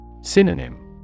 Synonym